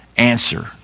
answer